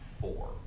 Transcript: four